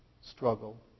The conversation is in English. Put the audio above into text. struggle